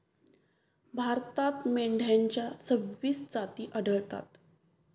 भारतात मेंढ्यांच्या सव्वीस जाती आढळतात